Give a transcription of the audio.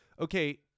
Okay